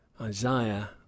Isaiah